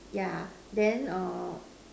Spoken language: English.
yeah then